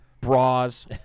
bras